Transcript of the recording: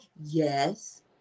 yes